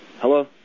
Hello